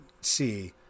see